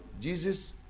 Jesus